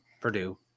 Purdue